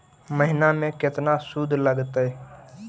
महिना में केतना शुद्ध लगतै?